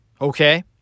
Okay